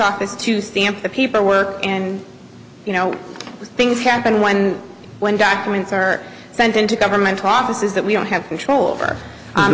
office to stamp the people work and you know things happen when when doctor are sent into government offices that we don't have control over